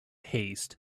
haste